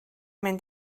mynd